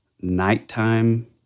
nighttime